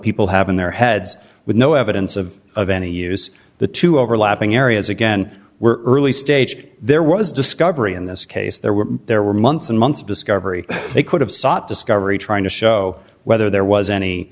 people have in their heads with no evidence of of any use the two overlapping areas again we're early stage there was discovery in this case there were there were months and months of discovery they could have sought discovery trying to show whether there was any